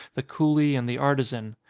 the coolie, and the artisan.